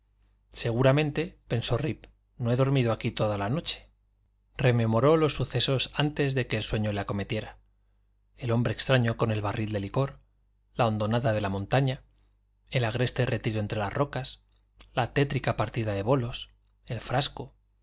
seguramente pensó rip no he dormido aquí toda la noche rememoró los sucesos antes de que el sueño le acometiera el hombre extraño con el barril de licor la hondonada de la montaña el agreste retiro entre las rocas la tétrica partida de bolos el frasco